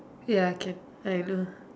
ya can I know